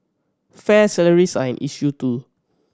fair salaries are an issue too